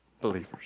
believers